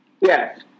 Yes